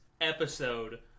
episode